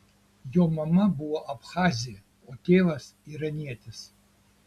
jo mama buvo abchazė o tėvas iranietis